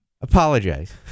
Apologize